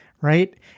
right